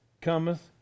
cometh